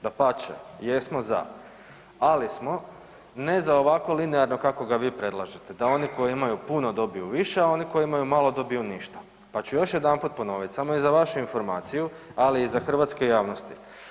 Dapače, jesmo za, ali smo ne za ovako linearno kako ga vi predlažete, da oni koji imaju puno, dobiju više, a oni koji imaju malo, dobiju ništa, pa ću još jedanput ponoviti, samo i za vašu informaciju, ali i za hrvatske javnosti.